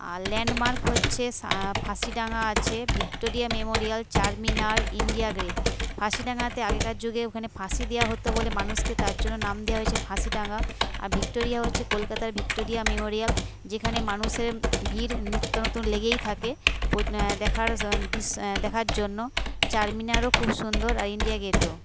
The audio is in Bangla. আর ল্যান্ডমার্ক হচ্ছে ফাঁসিডাঙ্গা আছে Victoria Memorial Charminar India Gate ফাঁসিডাঙ্গাতে আগেকার যুগে ওখানে ফাঁসি দেওয়া হতো বলে মানুষকে তার জন্য নাম দেওয়া হয়েছে ফাঁসিডাঙ্গা আর ভিক্টোরিয়া হচ্ছে কলকাতার মেমোরিয়াল যেখানে মানুষের ভিড় নিত্য নতুন লেগেই থাকে পুত দেখার দৃশ দেখার জন্য চারমিনারও খুব সুন্দর আর ইন্ডিয়া গেটও